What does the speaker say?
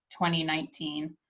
2019